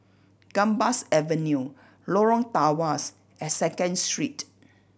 Gambas Avenue Lorong Tawas and Second Street